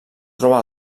troba